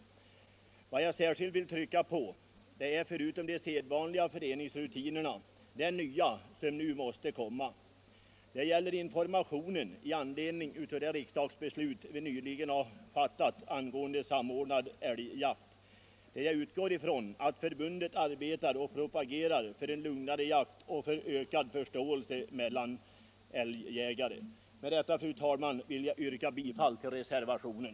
Vad jag särskilt vill trycka på, förutom de sedvanliga föreningsrutinerna, är det nya som nu måste komma. Det gäller informationen i anledning av det riksdagsbeslut vi nyss har fattat angående samordnad älgjakt. Jag utgår ifrån att förbundet arbetar och propagerar för en lugnare jakt och för ökad förståelse mellan älgjägare. Med detta, fru talman, ber jag att få yrka bifall till reservationen.